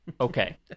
okay